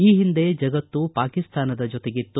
ಈ ಹಿಂದೆ ಜಗತ್ತು ಪಾಕಿಸ್ತಾನದ ಜೊತೆಗಿತ್ತು